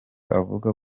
avuga